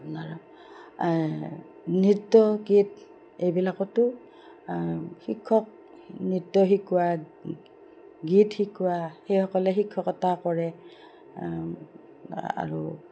আপোনাৰ নৃত্য গীত এইবিলাকতো শিক্ষক নৃত্য শিকোৱা গীত শিকোৱা সেইসকলে শিক্ষকতা কৰে আৰু